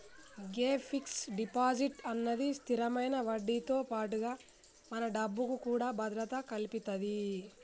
గే fix deposit అన్నది స్థిరమైన వడ్డీతో పాటుగా మన డబ్బుకు కూడా భద్రత కల్పితది